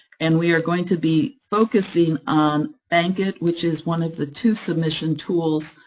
and we are going to be focusing on bankit, which is one of the two submission tools,